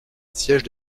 siège